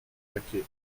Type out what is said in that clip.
laquais